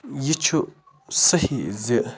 یہِ چھُ صحیح زِ